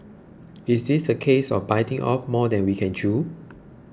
is this a case of biting off more than we can chew